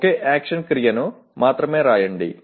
ఒకే action క్రియను మాత్రమే వాడండి